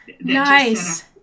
nice